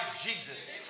Jesus